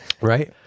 right